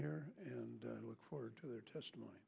here and i look forward to their testimony